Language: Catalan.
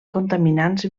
contaminants